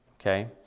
okay